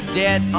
dead